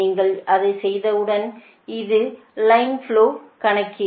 நீங்கள் அதைச் செய்தவுடன் இது லைன் ஃபுளோஸின் கணக்கீடு